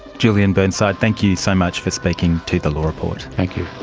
julian burnside, thank you so much for speaking to the law report. thank you.